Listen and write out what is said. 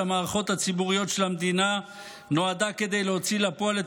של המערכות הציבוריות של המדינה נועדה כדי להוציא לפועל את